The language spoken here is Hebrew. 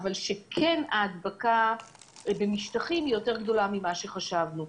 אבל ההדבקה במשטחים היא יותר גדולה ממה שחשבנו.